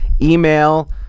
Email